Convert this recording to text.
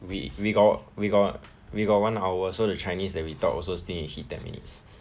we we got we got we got one hour so the chinese that we talk also still need to hit ten minutes